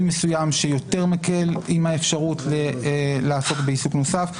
מסוים שיותר מקל עם האפשרות לעסוק בעיסוק נוסף,